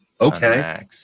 okay